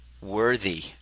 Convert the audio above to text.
worthy